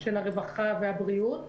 של הרווחה והבריאות.